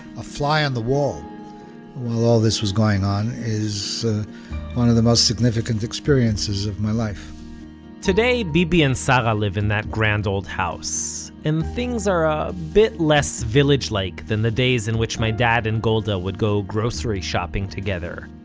a fly on the wall while all this was going on is one of the most significant experiences of my life today bibi and sarah live in that grand old house, and things are a bit less village-like than the days in which my dad and golda would go grocery shopping together,